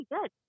good